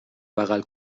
بغل